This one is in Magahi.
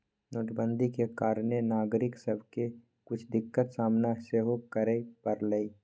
नोटबन्दि के कारणे नागरिक सभके के कुछ दिक्कत सामना सेहो करए परलइ